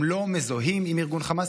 הם לא מזוהים עם ארגון חמאס,